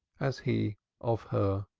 as he of her.